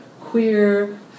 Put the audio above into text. queer